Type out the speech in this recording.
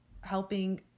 helping